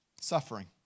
suffering